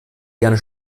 gerne